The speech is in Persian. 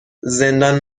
زندان